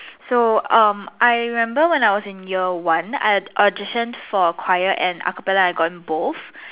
so um I remember when I was in year one I audition for choir and acappella I got in both